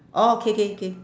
orh K K K